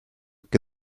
che